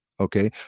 Okay